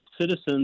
citizens